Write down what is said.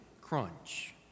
crunch